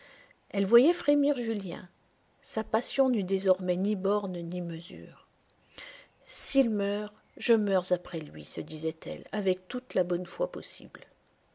elle voyait frémir julien sa passion n'eut désormais ni bornes ni mesure s'il meurt je meurs après lui se disait-elle avec toute la bonne foi possible